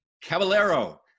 Caballero